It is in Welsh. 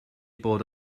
bod